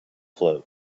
float